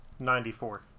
94